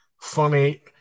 funny